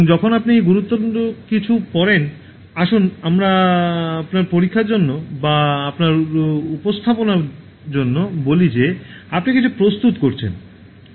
এবং যখন আপনি গুরুতর কিছু পড়েন আসুন আমরা আপনার পরীক্ষার জন্য বা আপনার উপস্থাপনার জন্য বলি যে আপনি কিছু প্রস্তুত করছেন